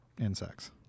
insects